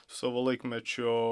savo laikmečio